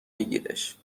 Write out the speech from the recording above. بگیرش